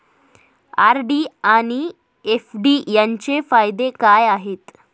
RD आणि FD यांचे फायदे काय आहेत?